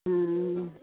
हम्म